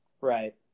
Right